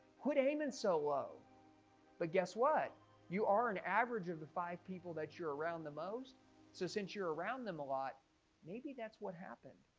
quit aimin solo but guess what you are an average of the five people that you're around the most so since you're around them a lot maybe that's what happened.